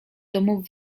domów